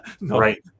Right